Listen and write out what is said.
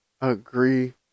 Agree